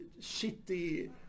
shitty